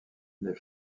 les